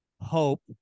hope